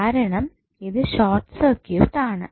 കാരണം ഇത് short circuit ആണ്